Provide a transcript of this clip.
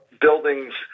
buildings